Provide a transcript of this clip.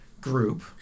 group